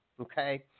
Okay